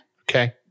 Okay